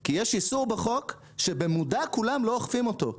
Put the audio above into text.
כי יש איסור בחוק, שבמודע כולם לא אוכפים אותו.